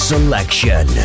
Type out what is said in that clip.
Selection